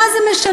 מה זה משנה.